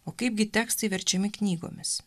o kaip gi tekstai verčiami knygomis